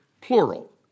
plural